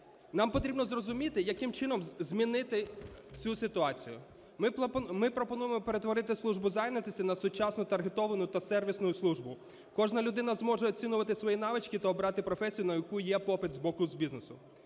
Нам потрібно зрозуміти, яким чином змінити цю ситуацію. Ми пропонуємо перетворити Службу зайнятості на сучасну таргетовану та сервісну службу. Кожна людина зможе оцінювати свої навички та обрати професію, на яку є попит з боку бізнесу.